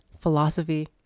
philosophy